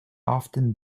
often